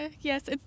Yes